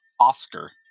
Oscar